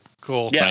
Cool